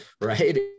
right